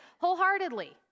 wholeheartedly